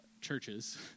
churches